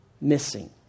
missing